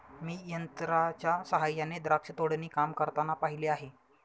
मी यंत्रांच्या सहाय्याने द्राक्ष तोडणी काम करताना पाहिले आहे